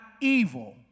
evil